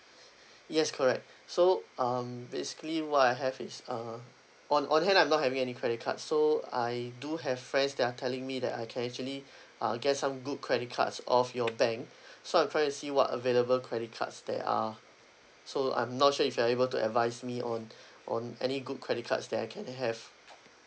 yes correct so um basically what I have is uh on on hand I'm not having any credit card so I do have friends that are telling me that I can actually uh get some good credit cards of your bank so I'm trying to see what available credit cards there are so I'm not sure if you are able to advise me on on any good credit cards that I can have